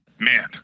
man